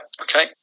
Okay